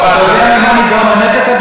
אתה יודע ממה נגרם הנזק,